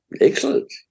Excellent